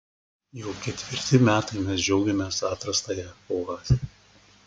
jau ketvirti metai mes džiaugiamės atrastąja oaze